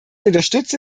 unterstütze